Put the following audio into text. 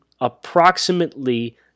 approximately